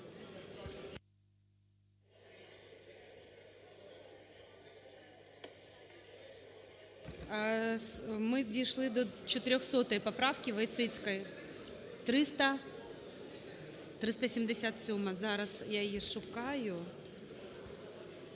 Ми дійшли до 400 поправкиВойціцької. 377-а. Зараз, я її шукаю.